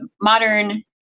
modern